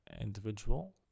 individual